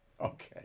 Okay